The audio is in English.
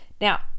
Now